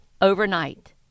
overnight